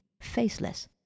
faceless